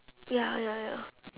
ya ya ya